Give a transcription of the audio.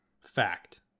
fact